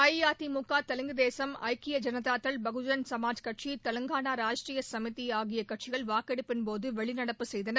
அஇஅதிமுக தெலுங்குதேசம் ஐக்கிய ஐனதாதள் பகுஜன் சமாஜ் கட்சி தெலங்கானா ராஷ்ட்ரீய சமீதி ஆகிய கட்சிகள் வாக்கெடுப்பின்போது வெளிநடப்பு நடப்பு செய்தன